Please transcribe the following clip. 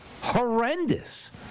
horrendous